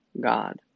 God